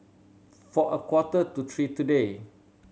for a quarter to three today